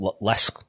less